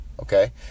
okay